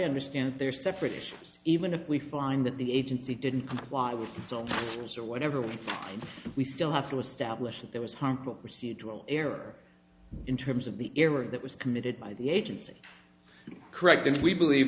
understand they're separate even if we find that the agency didn't comply with its own rules or whatever we still have to establish that there was harmful procedural error in terms of the error that was committed by the agency correct and we believe